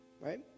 right